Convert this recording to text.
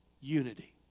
Unity